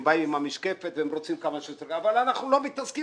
הם באים עם המשקפת והם רוצים כמה שיותר אבל אנחנו לא מתעסקים